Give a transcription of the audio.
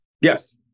Yes